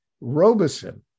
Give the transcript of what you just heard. Robeson